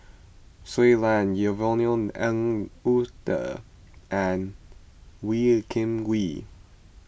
Shui Lan Yvonne Ng Uhde and Wee Kim Wee